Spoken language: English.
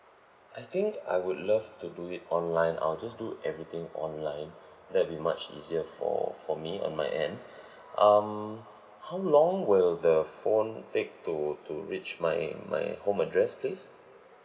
I think I would love to do it online I'll just do everything online that'd be much easier for for me on my end um how long will the phone take to to reach my my home address please